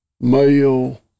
male